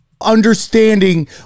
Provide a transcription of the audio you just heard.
Understanding